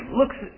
looks